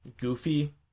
goofy